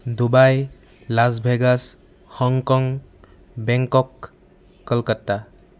Dubai Las Vegas Hong Kong Bangkok Kolkata